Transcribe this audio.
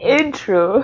intro